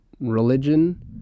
religion